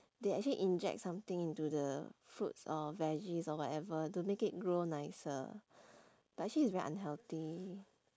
they actually inject something into the fruits or veggies or whatever to make it grow nicer but actually it's very unhealthy